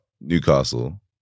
Newcastle